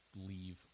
leave